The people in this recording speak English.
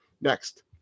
Next